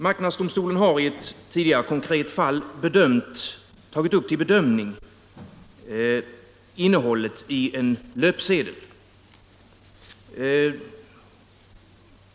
Marknadsdomstolen har i ett tidigare konkret fall tagit upp till bedömning innehållet i en löpsedel.